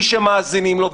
בלי שמאזינים לו,